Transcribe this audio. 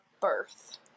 birth